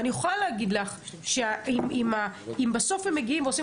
אני יכולה להגיד לך שאם בסוף הם עושים